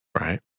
right